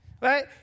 right